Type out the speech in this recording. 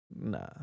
Nah